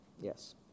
yes